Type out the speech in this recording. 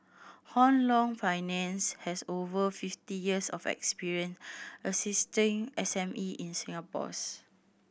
Hong Leong Finance has over fifty years of experience assisting S M E in Singapore's